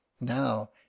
Now